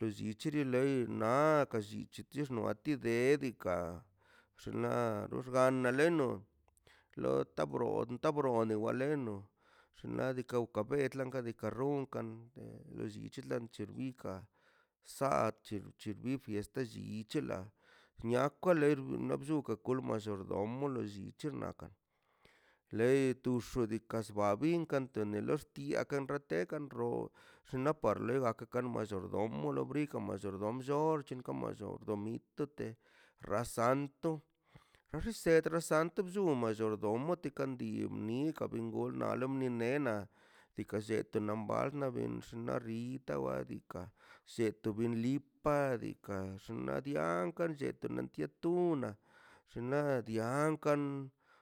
lolli c̱hereḻei naa ka lli che te xno ati de diikaꞌ xun ḻa loxga naleno lo tabro ntabro wa leno xnaꞌ diikaꞌ wka bedḻan ka diikaꞌ ronkan l- llitch lan chtḻə diikaꞌ saatch chi bi fiesta chit c̱heḻa nia kwaler naꞌ blluu gak col mallordomo ḻo llit c̱he rnakan ḻei to xo diikaꞌ chba bin kanto ne ḻoox tieꞌ kan rrotie kan rro xno par ḻe gak ka mallordomo lobri ka mallordom lloorch ka mallordomi to te rasanto rised rasanto bllum mallordomo tikan dii mi ka benꞌ gol nal minie naꞌ diikaꞌ lletə nam bal naꞌ benꞌ naꞌ xitaꞌx wa diikaꞌ setu bin lipa diikaꞌ xnaꞌ dianka llet naꞌ ntia tuna naꞌ diankaꞌn.